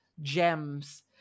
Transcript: gems